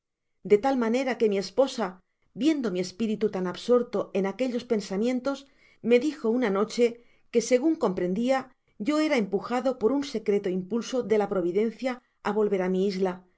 de tal manera que mi esposa viendo mi espiritu tan absorto en aquellos pensamientos me dijo una noche que segun comprendia yo era empujado por un secreto impulso de la providencia á volver á mi isla